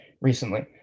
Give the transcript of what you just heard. recently